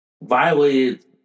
violated